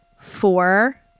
four